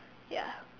ya